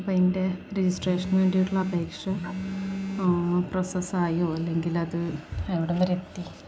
അപ്പോള് അതിൻ്റെ രജിസ്ട്രേഷനു വേണ്ടിയിട്ടുള്ള അപേക്ഷ ആ പ്രോസസ്സായോ അല്ലെങ്കിലത് എവിടം വരെ എത്തി